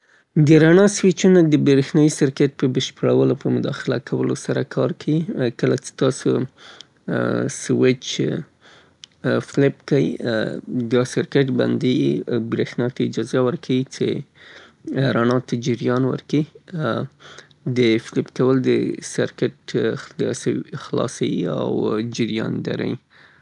د لایت سویچ د بریښنا جریان کنترولوي تر څو البته د لایت فیکسچر ته کله چه دا فلپسي یا جریان ته اجازه ورکوي یا به داسې یې چه جریان به قطع کیې. دا ساده میکانیزم معمولاً په کورونو او ودانیو کې د رڼا د کنټرولو په خاطر استفاده کیږي.